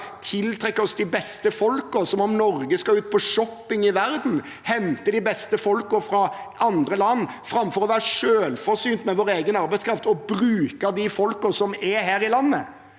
tiltrekke oss de beste folkene, som om Norge skal ut på shopping i verden og hente de beste folkene fra andre land framfor å være selvforsynt med egen arbeidskraft og bruke de folkene som er her i landet,